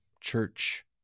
church